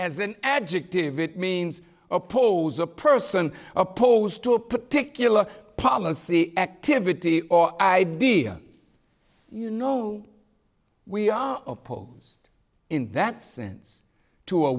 as an adjective it means oppose a person opposed to a particular policy activity or idea you know we are opposed in that sense to a